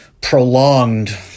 prolonged